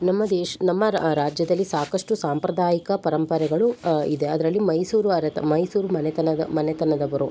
ನಮ್ಮ ದೇಶ ನಮ್ಮ ರಾಜ್ಯದಲ್ಲಿ ಸಾಕಷ್ಟು ಸಾಂಪ್ರದಾಯಿಕ ಪರಂಪರೆಗಳು ಇದೆ ಅದರಲ್ಲಿ ಮೈಸೂರು ಅರೆತ ಮೈಸೂರು ಮನೆತನದ ಮನೆತನದವರು